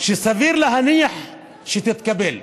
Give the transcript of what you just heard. שסביר להניח שתתקבל.